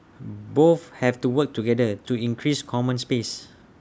both have to work together to increase common space